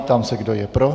Ptám se, kdo je pro.